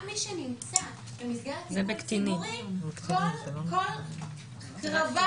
רק מי שנמצא במסגרת טיפול ציבורי, כל קרביו